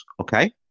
okay